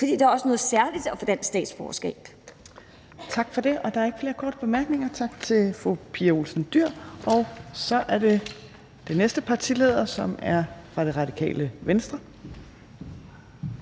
for det er også noget særligt at få dansk statsborgerskab.